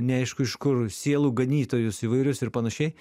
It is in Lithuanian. neaišku iš kur sielų ganytojus įvairius ir panašiai